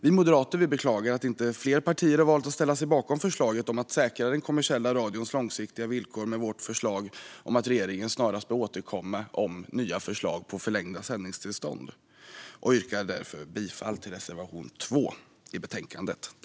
Vi moderater beklagar att inte fler partier har valt att ställa sig bakom att säkra den kommersiella radions långsiktiga villkor med vårt förslag om att regeringen snarast bör återkomma med nya förslag om förlängda sändningstillstånd. Jag yrkar bifall till reservation 2 i betänkandet.